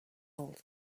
old